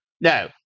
no